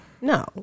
No